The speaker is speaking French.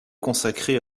consacrer